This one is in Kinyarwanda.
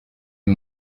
uyu